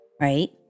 right